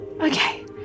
okay